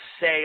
say